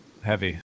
heavy